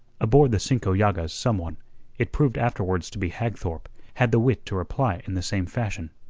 aboard the cinco llagas some one it proved afterwards to be hagthorpe had the wit to reply in the same fashion.